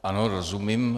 Ano, rozumím.